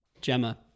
Gemma